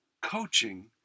coaching